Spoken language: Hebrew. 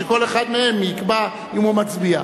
שכל אחד מהם יקבע אם הוא מצביע.